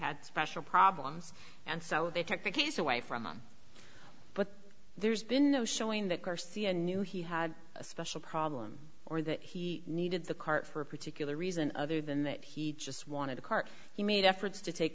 had special problems and so they took the case away from him but there's been no showing that garcia knew he had a special problem or that he needed the cart for a particular reason other than that he just wanted a cart he made efforts to take